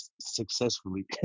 successfully